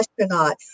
astronauts